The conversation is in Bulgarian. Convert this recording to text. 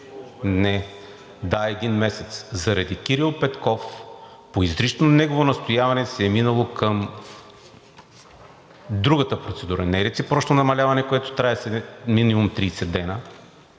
Да, един месец. Заради Кирил Петков, по изрично негово настояване се е минало към другата процедура – не реципрочно намаляване, което трае минимум 30 дни,